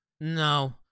No